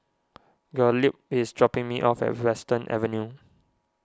Gottlieb is dropping me off at Western Avenue